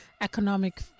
economic